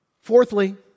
Fourthly